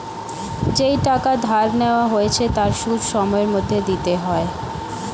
যেই টাকা ধার নেওয়া হয়েছে তার সুদ সময়ের মধ্যে দিতে হয়